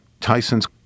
Tyson's